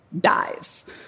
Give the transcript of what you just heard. dies